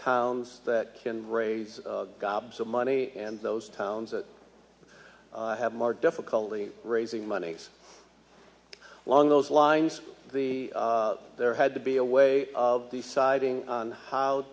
towns that can raise gobs of money and those towns that have more difficulty raising money long those lines the there had to be a way of deciding on how